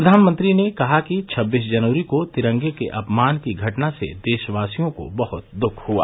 प्रधानमंत्री ने कहा कि छब्बीस जनवरी को तिरंगे के अपमान की घटना से देशवासियों को बहुत दुख हुआ